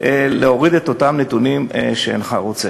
להוריד את אותם נתונים שאינך רוצה.